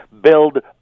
Build